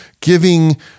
giving